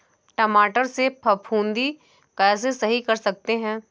टमाटर से फफूंदी कैसे सही कर सकते हैं?